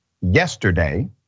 yesterday